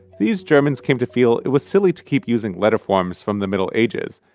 these germans came to feel it was silly to keep using letterforms from the middle ages.